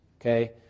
Okay